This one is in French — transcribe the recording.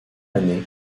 année